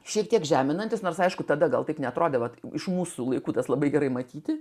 šiek tiek žeminantis nors aišku tada gal taip neatrodė kad iš mūsų laikų tas labai gerai matyti